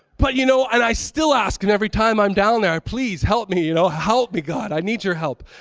but you know, and i still ask in every time i'm down there. please, help me, you know. help me, god. i need your help.